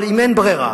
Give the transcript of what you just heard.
אבל אם אין ברירה,